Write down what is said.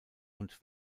und